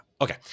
Okay